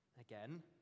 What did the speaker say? Again